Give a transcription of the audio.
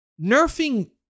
nerfing